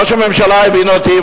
ראש הממשלה הבין אותי,